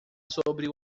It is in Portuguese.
sobre